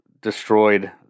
destroyed